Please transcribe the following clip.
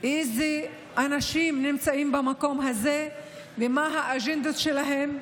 איזה אנשים נמצאים במקום הזה ומה האג'נדות שלהם,